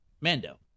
Mando